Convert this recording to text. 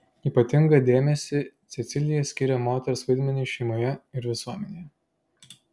ypatingą dėmesį cecilija skyrė moters vaidmeniui šeimoje ir visuomenėje